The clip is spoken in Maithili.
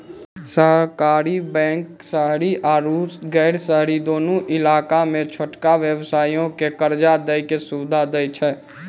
सहकारी बैंक शहरी आरु गैर शहरी दुनू इलाका मे छोटका व्यवसायो के कर्जा दै के सुविधा दै छै